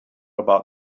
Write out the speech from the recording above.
about